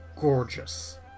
gorgeous